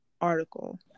article